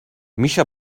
میشه